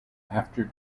after